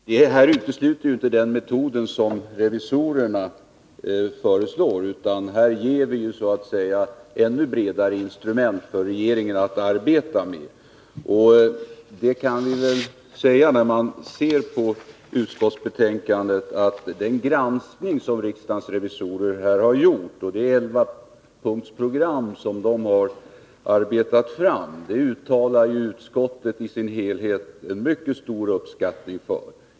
Herr talman! Det här utesluter ju inte den metod som revisorerna föreslår, utan här ger vi så att säga ännu bredare instrument för regeringen att arbeta med. Det kan man säga när man tagit del av utskottsbetänkandet och den granskning som riksdagens revisorer har gjort. Det är ett elvapunktsprogram som de har arbetat fram. Det uttalar utskottet i sin helhet en mycket stor uppskattning för.